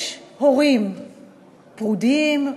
יש הורים פרודים,